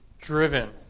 driven